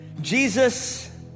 Jesus